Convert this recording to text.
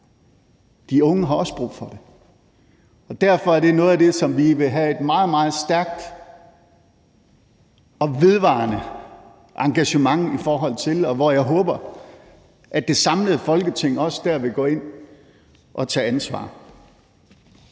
De unge har også brug for det. Og derfor er det noget af det, som vi vil have et meget, meget stærkt og vedvarende engagement i forhold til, og jeg håber, at det samlede Folketing også vil gå ind og tage ansvar